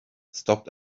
stopped